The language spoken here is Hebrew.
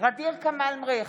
ע'דיר כמאל מריח,